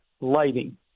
lighting